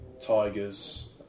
Tigers